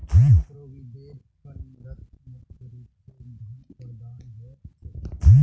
provident फंडत मुख्य रूप स धन प्रदत्त ह छेक